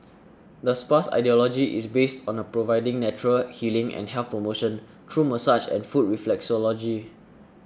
the spa's ideology is based on a providing natural healing and health promotion through massage and foot reflexology